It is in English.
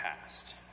past